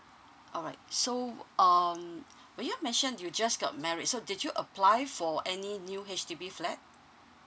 alright so um well you mentioned you just got married so did you apply for any new H_D_B flat